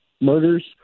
murders